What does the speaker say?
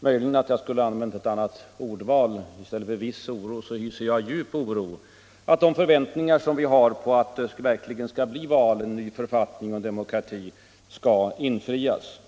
Möjligen skulle jag ha använt ett annat ordval. I stället för viss oro hyser jag djup oro för att de förväntningar vi har — att det verkligen skall bli ett val, en ny författning och demokrati - inte kommer att infrias.